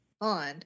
on